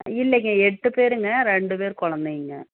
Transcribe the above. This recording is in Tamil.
இல்லைங்க எட்டு பேருங்க ரெண்டு பேர் குழந்தைங்க